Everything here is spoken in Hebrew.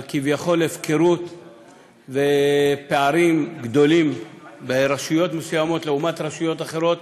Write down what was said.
על כביכול הפקרות ופערים גדולים ברשויות מסוימות לעומת רשויות אחרות.